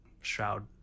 shroud